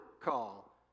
call